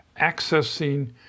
accessing